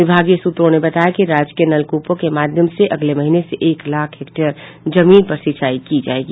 विभागीय सूत्रों ने बताया कि राजकीय नलक्पों के माध्यम से अगले महीने से एक लाख हेक्टेयर जमीन पर सिंचाई की जायेगी